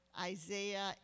Isaiah